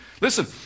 Listen